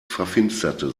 verfinsterte